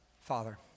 father